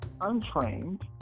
untrained